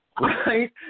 right